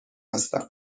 هستم